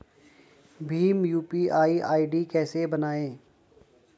Bhim UPI ID कैसे बनाएं?